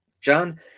John